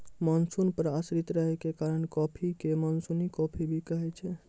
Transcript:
monsoon पर आश्रित रहै के कारण कॉफी कॅ मानसूनी कॉफी भी कहै छै